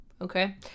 okay